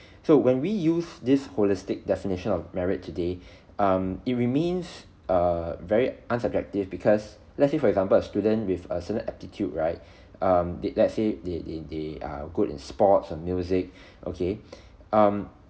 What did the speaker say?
so when we use this holistic definition of merit today um it remains uh very unsubjective because let's say for example a student with a certain aptitude right um did let's say they they they are good in sports and music okay um